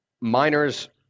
miners